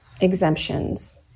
exemptions